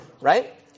right